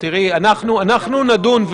אנחנו נדון,